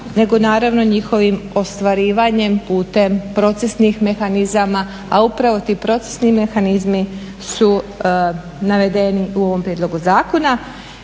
nego naravno njihovim ostvarivanjem putem procesnih mehanizama, a upravo ti procesni mehanizmi su navedeni u ovom prijedlogu zakona.